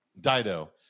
Dido